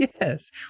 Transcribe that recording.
Yes